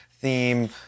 theme